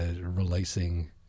releasing